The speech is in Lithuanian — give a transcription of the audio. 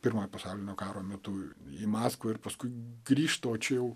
pirmojo pasaulinio karo metu į maskvą ir paskui grįšta o čia jau